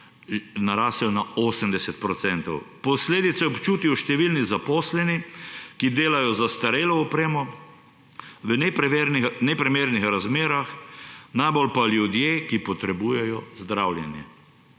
narasel na 80 %. Posledice občutijo številni zaposleni, ki delajo z zastarelo opremo, v neprimernih razmerah, najbolj pa ljudje, ki potrebujejo zdravljenje.